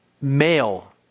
male